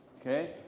Okay